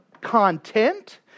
content